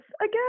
again